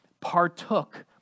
partook